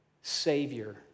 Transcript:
savior